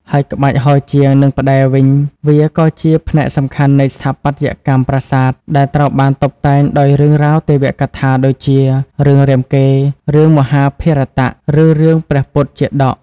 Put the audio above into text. ហើយក្បាច់ហោជាង និងផ្តែរវិញ វាក៏ជាផ្នែកសំខាន់នៃស្ថាបត្យកម្មប្រាសាទ ដែលត្រូវបានតុបតែងដោយរឿងរ៉ាវទេវកថាដូចជា រឿងរាមកេរ្តិ៍ រឿងមហាភារតៈ ឬរឿងព្រះពុទ្ធជាតក។